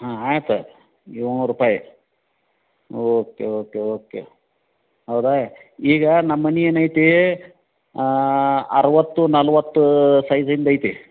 ಹಾಂ ಆಯಿತು ಏಳುನೂರು ರೂಪಾಯಿ ಓಕೆ ಓಕೆ ಓಕೆ ಹೌದಾ ಈಗ ನಮ್ಮ ಮನೆ ಏನೈತಿ ಅರುವತ್ತು ನಲ್ವತ್ತು ಸೈಜಿಂದು ಐತಿ